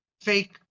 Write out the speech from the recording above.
fake